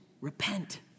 repent